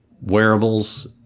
Wearables